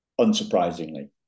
unsurprisingly